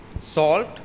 salt